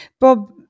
Bob